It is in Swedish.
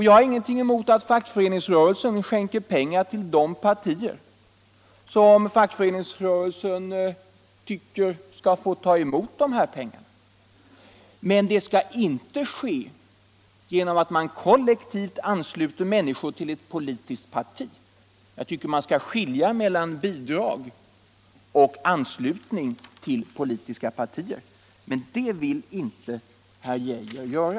Jag har ingenting emot att fackföreningsrörelsen skänker pengar till politiska partier, men det skall inte ske genom att man kollektivt ansluter människor till ett parti. Jag anser att man skall skilja mellan bidrag och anslutning till politiska partier, men det vill inte herr Geijer göra.